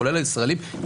כולל הישראלים.